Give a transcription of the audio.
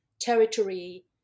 territory